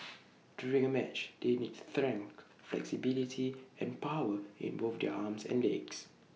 during A match they need strength flexibility and power in both their arms and legs